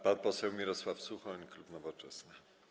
Pan poseł Mirosław Suchoń, klub Nowoczesna.